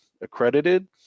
accredited